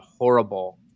horrible